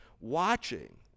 watching